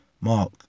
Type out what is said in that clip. mark